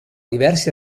diversi